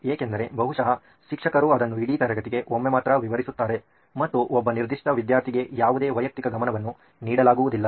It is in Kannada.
ಏಕೆಂದರೆ ಬಹುಶಃ ಶಿಕ್ಷಕರು ಅದನ್ನು ಇಡೀ ತರಗತಿಗೆ ಒಮ್ಮೆ ಮಾತ್ರ ವಿವರಿಸುತ್ತಾರೆ ಮತ್ತು ಒಬ್ಬ ನಿರ್ದಿಷ್ಟ ವಿದ್ಯಾರ್ಥಿಗೆ ಯಾವುದೇ ವೈಯಕ್ತಿಕ ಗಮನವನ್ನು ನೀಡಲಾಗುವುದಿಲ್ಲ